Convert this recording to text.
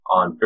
on